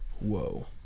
whoa